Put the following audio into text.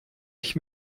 ich